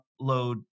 upload